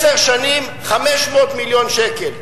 עשר שנים, 500 מיליון שקל.